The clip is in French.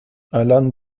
allan